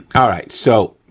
all right so,